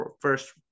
first